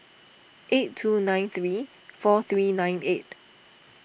eight two nine three four three nine eight